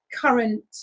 current